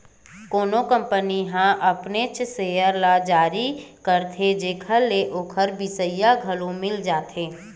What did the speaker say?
कोनो कंपनी ह अपनेच सेयर ल जारी करथे जेखर ले ओखर बिसइया घलो मिल जाथे